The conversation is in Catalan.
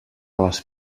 les